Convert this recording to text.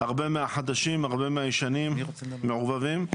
הרבה מהחדשים והרבה מהישנים מעורבבים.